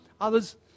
Others